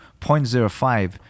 0.05